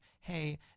hey